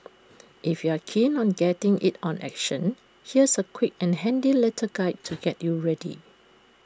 if you're keen on getting in on action here's A quick and handy little guide to get you ready